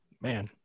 Man